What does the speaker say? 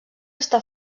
està